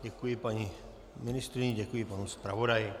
Děkuji paní ministryni, děkuji panu zpravodaji.